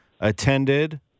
attended –